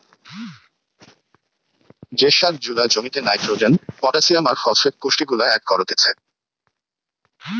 যে সার জুলা জমিতে নাইট্রোজেন, পটাসিয়াম আর ফসফেট পুষ্টিগুলা এড করতিছে